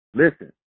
Listen